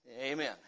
Amen